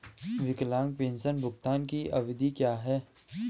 विकलांग पेंशन भुगतान की अवधि क्या है?